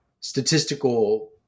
statistical